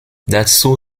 dazu